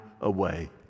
away